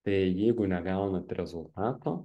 tai jeigu negaunat rezultato